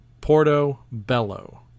portobello